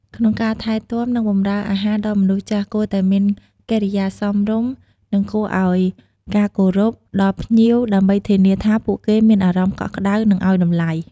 ក្នុងការថែទាំ និងបំរើអាហារដល់មនុស្សចាស់ គួរតែមានកិរិយាសមរម្យ និងគួរអោយការគោរពដល់ភ្ញៀវ ដើម្បីធានាថាពួកគេមានអារម្មណ៍កក់ក្តៅ និងឲ្យតម្លៃ។